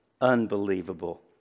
unbelievable